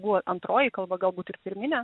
buvo antroji kalba galbūt ir pirminė